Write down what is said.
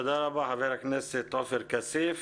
תודה רבה חבר הכנסת עופר כסיף.